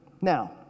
Now